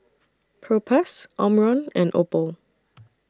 Propass Omron and Oppo